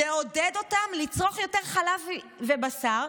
כדי לעודד אותם לצרוך יותר חלב ובשר,